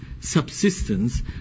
subsistence